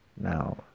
now